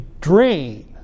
drain